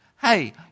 Hey